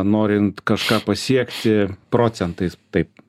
norint kažką pasiekti procentais taip